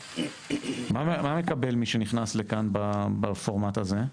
מה מקבל מי שנכנס לכאן בפורמט הזה?